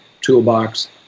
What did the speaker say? toolbox